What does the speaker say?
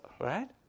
right